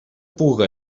pugues